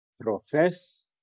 profess